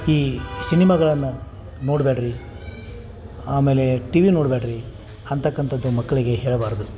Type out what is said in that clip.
ಈ ಸಿನಿಮಾಗಳನ್ನು ನೋಡ್ಬೇಡ್ರಿ ಆಮೇಲೆ ಟಿವಿ ನೋಡ್ಬೇಡ್ರಿ ಅಂತಕ್ಕಂಥದ್ದು ಮಕ್ಕಳಿಗೆ ಹೇಳಬಾರ್ದು